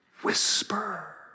whisper